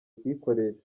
kuyikoresha